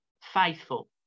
faithful